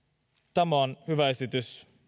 tämä on hyvä esitys